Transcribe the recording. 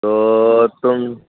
त तुम